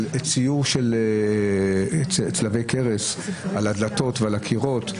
ציור צלבי קרס על הדלתות ועל הקירות,